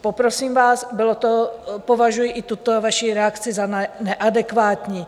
Poprosím vás, považuji i tuto vaši reakci za neadekvátní.